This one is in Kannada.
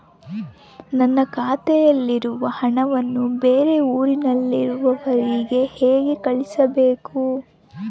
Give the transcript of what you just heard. ನನ್ನ ಖಾತೆಯಲ್ಲಿರುವ ಹಣವನ್ನು ಬೇರೆ ಊರಿನಲ್ಲಿರುವ ಅವರಿಗೆ ಹೇಗೆ ಕಳಿಸಬೇಕು?